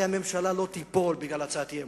הרי הממשלה לא תיפול בגלל הצעת אי-אמון.